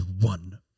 one